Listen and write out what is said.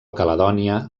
caledònia